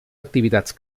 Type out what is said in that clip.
activitats